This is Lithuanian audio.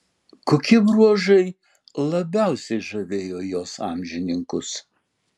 kokie bruožai labiausiai žavėjo jos amžininkus